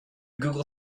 google